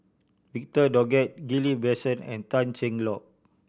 Victor Doggett Ghillie Basan and Tan Cheng Lock